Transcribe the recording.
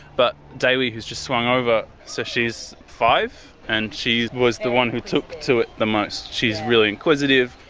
but dewi, who has just swung over, so she is five and she was the one who took to it the most. she is really inquisitive,